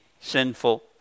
sinful